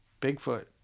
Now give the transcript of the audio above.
Bigfoot